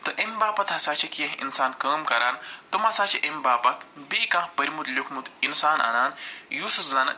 تہٕ اَمہِ باپتھ ہَسا چھِ کیٚنٛہہ اِنسان کٲم کَران تِم ہَسا چھِ اَمہِ باپتھ بیٚیہِ کانٛہہ پٔرۍمُت لیٛوٗکھمُت اِنسان اَنان یُس زن